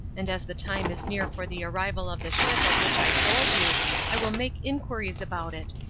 and as the time is near for the arrival of the ship of which i told you i will make inquiries about it,